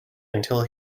until